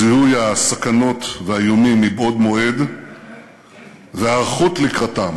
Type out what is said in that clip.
זיהוי הסכנות ואיומים בעוד מועד וההיערכות לקראתם